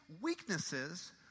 weaknesses